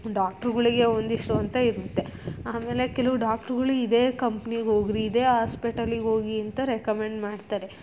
ಡಾಕ್ಟ್ರುಗಳಿಗೆ ಒಂದಷ್ಟು ಅಂತ ಇರುತ್ತೆ ಆಮೇಲೆ ಕೆಲವು ಡಾಕ್ಟ್ರುಗಳು ಇದೇ ಕಂಪ್ನಿಗೆ ಹೋಗಿರಿ ಇದೇ ಹಾಸ್ಪೆಟಲಿಗೆ ಹೋಗಿ ಅಂತ ರೆಕೆಮೆಂಡ್ ಮಾಡ್ತಾರೆ